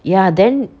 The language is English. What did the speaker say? ya then